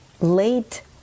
late